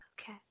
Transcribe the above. Okay